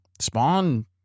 spawn